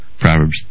Proverbs